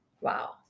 Wow